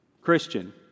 Christian